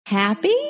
Happy